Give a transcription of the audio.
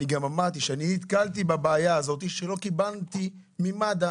אני גם אמרתי שאני נתקלתי בבעיה הזאת שלא קיבלתי מידע ממד"א.